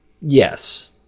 Yes